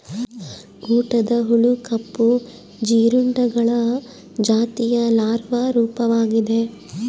ಊಟದ ಹುಳು ಕಪ್ಪು ಜೀರುಂಡೆಗಳ ಜಾತಿಯ ಲಾರ್ವಾ ರೂಪವಾಗಿದೆ